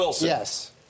yes